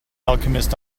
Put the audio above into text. alchemist